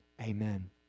Amen